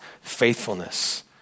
faithfulness